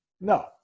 No